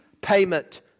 payment